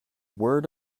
word